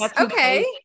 Okay